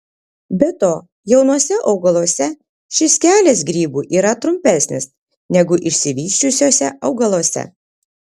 be to jaunuose augaluose šis kelias grybui yra trumpesnis negu išsivysčiusiuose augaluose